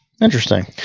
Interesting